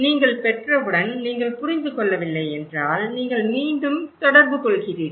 நீங்கள் பெற்றவுடன் நீங்கள் புரிந்து கொள்ளவில்லை என்றால் நீங்கள் மீண்டும் தொடர்பு கொள்கிறீர்கள்